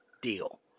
deal